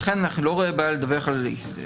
לכן אני לא רואה בעיה לדווח על --- לגבי